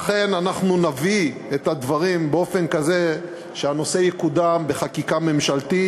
לכן אנחנו נביא את הדברים באופן כזה שהנושא יקודם בחקיקה ממשלתית